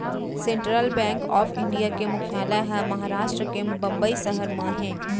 central bank of India के मुख्यालय ह महारास्ट के बंबई सहर म हे